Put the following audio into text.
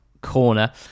corner